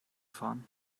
fahren